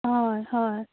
हय हय